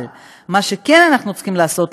אבל מה שאנחנו כן צריכים לעשות,